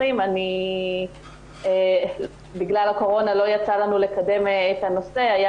2020. בגלל הקורונה לא יצא לנו לקדם את הנושא היה